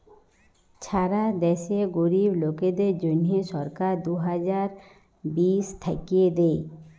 ছারা দ্যাশে গরীব লোকদের জ্যনহে সরকার দু হাজার বিশ থ্যাইকে দেই